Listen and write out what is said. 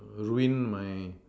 ruin my